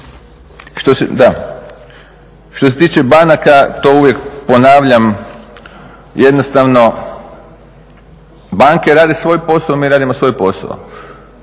što se tiče banaka, to uvijek ponavljam, jednostavno banke rade svoj posao, mi radimo svoj posao.